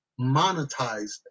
monetized